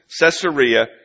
Caesarea